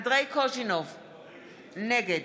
נגד